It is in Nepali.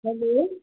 हेलो